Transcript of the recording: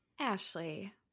Ashley